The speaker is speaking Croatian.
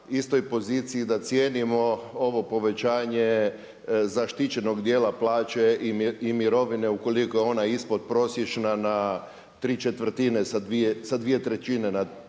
da cijenimo ovo povećanje zaštićenog dijela plaće i mirovine ukoliko je ona ispodprosječna na tri četvrtine sa dvije trećine na tri četvrtine